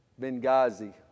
Benghazi